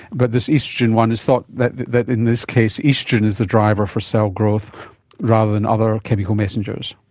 but this oestrogen one is thought, that that in this case oestrogen is the driver for cell growth rather than other chemical messengers.